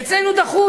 אצלנו דחו,